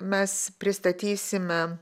mes pristatysime